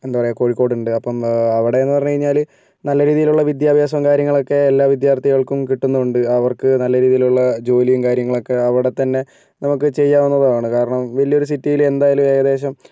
എന്താ പറയുക കോഴിക്കോടുണ്ട് അപ്പം അവിടെ എന്ന് പറഞ്ഞുകഴിഞ്ഞാൽ നല്ല രീതിയിലുള്ള വിദ്യഭ്യാസവും കാര്യങ്ങളൊക്കെ എല്ലാ വിദ്യാർത്ഥികൾക്കും കിട്ടുന്നുമുണ്ട് അവർക്ക് നല്ല രീതിയിലുള്ള ജോലിയും കാര്യങ്ങളൊക്കെ അവിടെത്തന്നെ നമുക്ക് ചെയ്യാവുന്നതുമാണ് കാരണം വല്ലിയൊരു സിറ്റിയിൽ എന്തായാലും ഏകദേശം